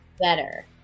better